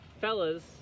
Fellas